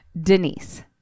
Denise